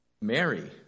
Mary